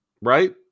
right